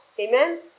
Amen